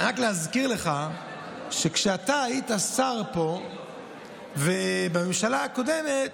רק להזכיר לך שכשאתה היית שר פה בממשלה הקודמת,